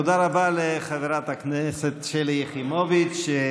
תודה רבה לחברת הכנסת שלי יחימוביץ'.